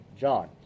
John